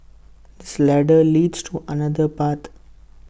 this ladder leads to another part